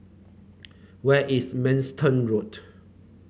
where is Manston Road